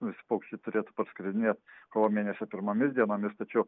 visi paukščiai turėtų parskridinėt kovo mėnesio pirmomis dienomis tačiau